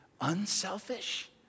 unselfish